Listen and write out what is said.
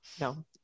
No